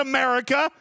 America